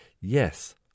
yes